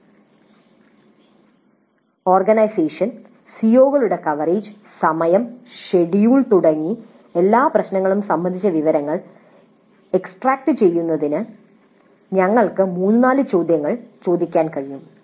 ടെസ്റ്റുകളുടെ organisation സിഒകളുടെ coverage സമയം schedule തുടങ്ങി എല്ലാ പ്രശ്നങ്ങളും സംബന്ധിച്ച വിവരങ്ങൾ എക്സ്ട്രാക്റ്റുചെയ്യുന്നതിന് ഞങ്ങൾക്ക് 3 4 ചോദ്യങ്ങൾ ചോദിക്കാൻ കഴിയും